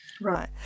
Right